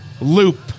loop